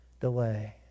delay